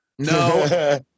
no